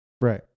Right